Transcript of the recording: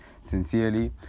sincerely